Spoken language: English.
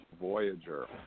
Voyager